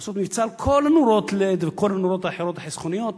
לעשות מבצע על כל נורות ה-LED ועל כל הנורות האחרות החסכוניות,